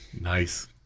Nice